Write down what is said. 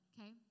okay